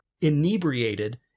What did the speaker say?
inebriated